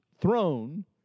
throne